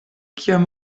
kiam